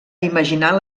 imaginar